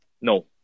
No